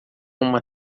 uma